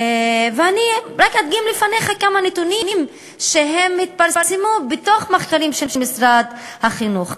אני רק אדגים לפניך כמה נתונים שהתפרסמו במחקרים של משרד החינוך.